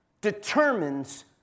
determines